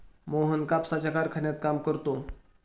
मोहन कापसाच्या कारखान्यात काम करतो